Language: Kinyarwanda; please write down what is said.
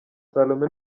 salome